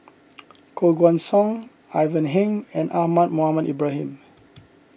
Koh Guan Song Ivan Heng and Ahmad Mohamed Ibrahim